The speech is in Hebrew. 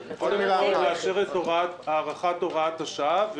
קודם כול לאשר את הארכת הוראת השעה,